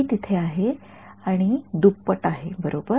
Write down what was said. तर तिथे आहे आणि दुप्पट आहे बरोबर